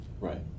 Right